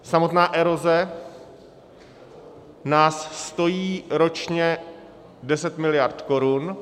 Samotná eroze nás stojí ročně 10 mld. korun.